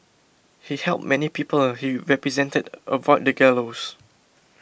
he helped many people he represented avoid the gallows